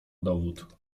dowód